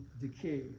decay